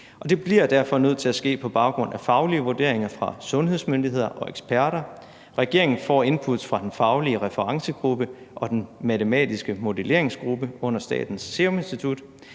det bliver derfor nødt til at ske på baggrund af faglige vurderinger fra sundhedsmyndigheder og eksperter. Regeringen får input fra den faglige referencegruppe og den matematiske modelleringsgruppe under Statens Serum Institut,